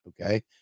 okay